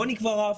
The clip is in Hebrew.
בואו נקבע רף,